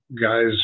guys